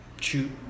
shoot